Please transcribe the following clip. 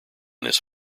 this